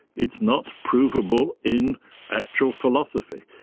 it's not provable in actual philosophy.